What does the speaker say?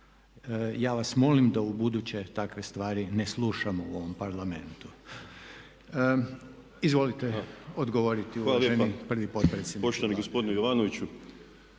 Ja vas molim da ubuduće takve stvari ne slušamo u ovom Parlamentu. Izvolite odgovoriti uvaženi prvi potpredsjedniče.